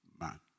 man